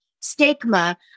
stigma